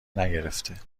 نگرفته